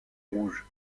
rouge